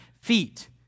feet